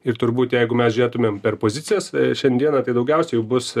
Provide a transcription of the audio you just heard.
ir turbūt jeigu mes žiūrėtumėm per pozicijas šiandieną tai daugiausiai jų bus